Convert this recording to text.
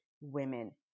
women